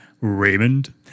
Raymond